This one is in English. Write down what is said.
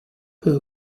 her